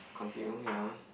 continue ya